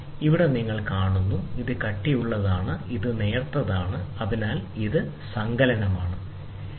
ഇവിടെ നിങ്ങൾ കാണുന്നു ഇത് കട്ടിയുള്ളതാണ് ഇവിടെ ഇത് നേർത്തതാണ് അതിനാൽ ഇത് സങ്കലനമാണ് ഇത് കുറയ്ക്കലാണ്